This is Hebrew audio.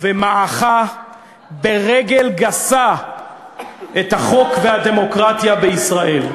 ומעכה ברגל גסה את החוק והדמוקרטיה בישראל.